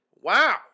Wow